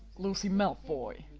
lucy malfoy.